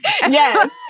Yes